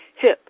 hip